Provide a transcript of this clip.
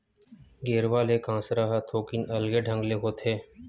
गेरवा ले कांसरा ह थोकिन अलगे ढंग ले होथे